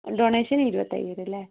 donation ഇരുപത്തയ്യായിരം അല്ലേ